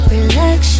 Relax